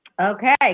Okay